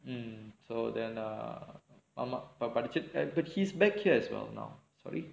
mm so then ஆமா இப்ப படிச்சிட்டு:aamaa ippa padichittu but she is beg sorry